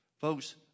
Folks